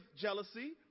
jealousy